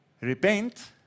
repent